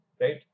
Right